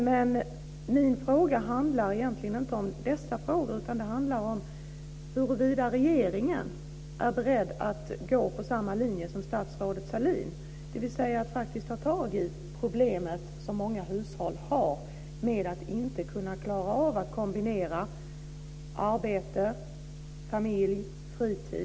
Men min fråga handlar egentligen inte om dessa frågor, utan den handlar om huruvida regeringen är beredd att gå på samma linje som statsrådet Sahlin, dvs. att faktiskt ta tag i problemet som många hushåll har med att inte klara av att kombinera arbete, familj och fritid.